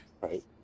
Right